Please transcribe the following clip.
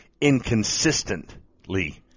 inconsistently